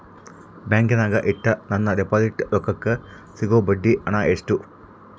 ಬ್ಯಾಂಕಿನಾಗ ಇಟ್ಟ ನನ್ನ ಡಿಪಾಸಿಟ್ ರೊಕ್ಕಕ್ಕೆ ಸಿಗೋ ಬಡ್ಡಿ ಹಣ ಎಷ್ಟು?